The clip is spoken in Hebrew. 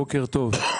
בוקר טוב.